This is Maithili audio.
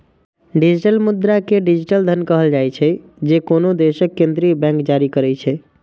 डिजिटल मुद्रा कें डिजिटल धन कहल जाइ छै, जे कोनो देशक केंद्रीय बैंक जारी करै छै